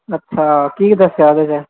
ਅੱਛਾ ਕੀ ਦੱਸਿਆ ਓਹਦੇ 'ਚ